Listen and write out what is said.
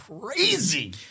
crazy